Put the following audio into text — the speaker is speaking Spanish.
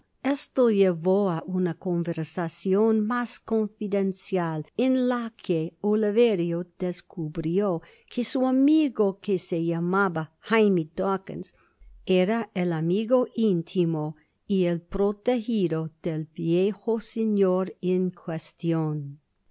esto llevó á una conversacion mas conlidencial en la que oliverio descubrió que su amigo que se llamaba jaime dawkins era el amigo intimo y el protegido del viejo señor en cuestion